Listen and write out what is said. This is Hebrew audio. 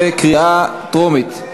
בקריאה טרומית.